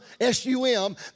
S-U-M